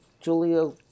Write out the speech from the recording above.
Julio